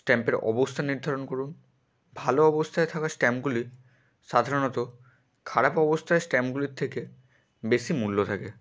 স্ট্যাম্পের অবস্থা নির্ধারণ করুন ভালো অবস্থায় থাকা স্ট্যাম্পগুলি সাধারণত খারাপ অবস্থায় স্ট্যাম্পগুলির থেকে বেশি মূল্য থাকে